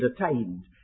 attained